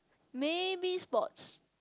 maybe sports